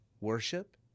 worship